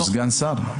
הוא סגן שר.